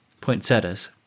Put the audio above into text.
poinsettias